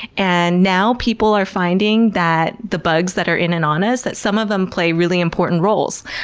and now people are finding that the bugs that are in and on us, that some of them play really important roles.